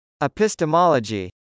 Epistemology